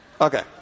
okay